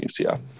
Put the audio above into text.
UCF